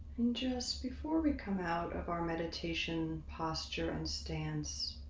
just before we come out of our meditation posture and stance,